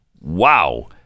Wow